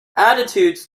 attitudes